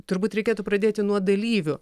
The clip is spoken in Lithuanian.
turbūt reikėtų pradėti nuo dalyvių